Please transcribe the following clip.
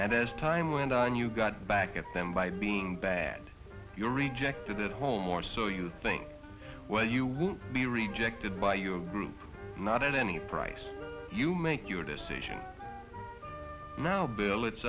and as time went on you got back at them by being bad you're rejected at home or so you think well you will be rejected by your group not at any price you make your decision now bill it's